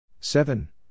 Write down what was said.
Seven